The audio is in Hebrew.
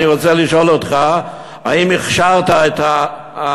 אני רוצה לשאול אותך: האם הכשרת את הבעל,